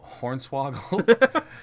Hornswoggle